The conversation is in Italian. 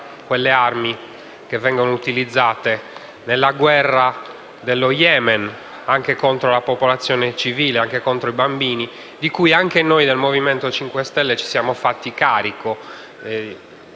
quelle armi che vengono utilizzate nella guerra dello Yemen anche contro la popolazione civile e i bambini, della cui denuncia anche noi del Movimento 5 Stelle ci siamo fatti carico.